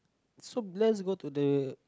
so let's go to the